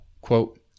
Quote